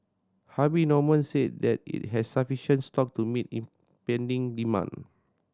Harvey Norman said that it has sufficient stock to meet impending demand